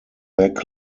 back